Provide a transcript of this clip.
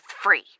free